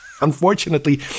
Unfortunately